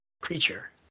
creature